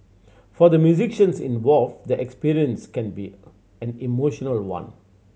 for the musicians involved the experience can be an emotional one